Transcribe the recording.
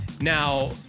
Now